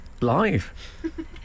Live